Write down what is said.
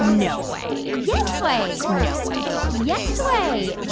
no way. yes way. no way. yes way.